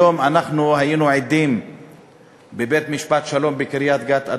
היום היינו עדים בבית-משפט השלום בקריית-גת,